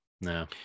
No